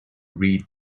read